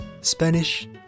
Spanish